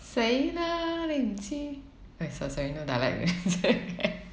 sei le lei mm ji eh so sorry no dialect